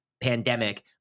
pandemic